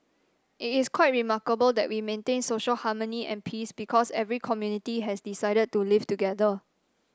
it is quite remarkable that we maintain social harmony and peace because every community has decided to live together